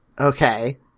Okay